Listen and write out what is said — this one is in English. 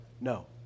no